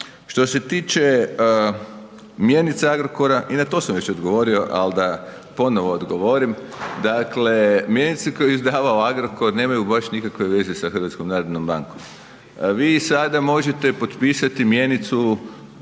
Što se tiče mjenica Agrokora i na to sam već odgovorio, ali da ponovo odgovorim. Dakle, mjenice koje je izdavao Agrokor nemaju baš nikakve veze sa Hrvatskom narodnom bankom. Vi sada možete potpisati mjenicu